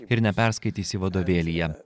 ir neperskaitysi vadovėlyje